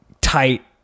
tight